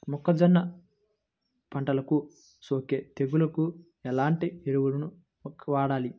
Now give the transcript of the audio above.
మొక్కజొన్న పంటలకు సోకే తెగుళ్లకు ఎలాంటి ఎరువులు వాడాలి?